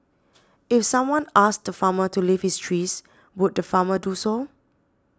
if someone asked the farmer to leave his trees would the farmer do so